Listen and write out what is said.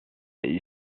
est